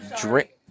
drink